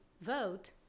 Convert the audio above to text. vote